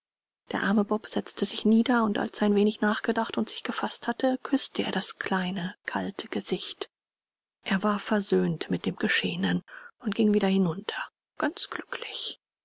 der arme bob setzte sich nieder und als er ein wenig nachgedacht und sich gefaßt hatte küßte er das kleine kalte gesicht er war versöhnt mit dem geschehenen und ging wieder hinunter ganz glücklich